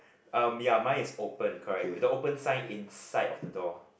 um ya mine is open correct with the open sign inside of the door